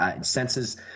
senses